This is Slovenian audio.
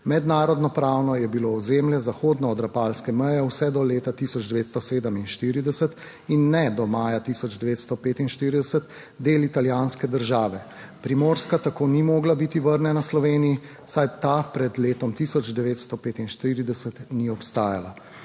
Mednarodno pravno je bilo ozemlje zahodno od rapalske meje vse do leta 1947 in ne do maja 1945 del italijanske države. Primorska tako ni mogla biti vrnjena Sloveniji, saj ta pred letom 1945 ni obstajala.